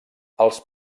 els